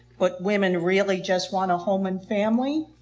but women really just want a home and family.